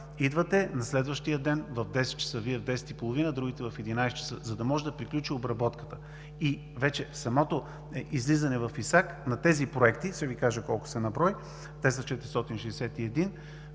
идват на следващия ден в 10,00 часа, в 10,30 ч. и другите в 11,00 ч., за да може да приключи обработката. Самото излизане в ИСАК на тези проекти, ще Ви кажа колко са на брой – те са 461,